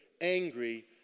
angry